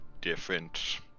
different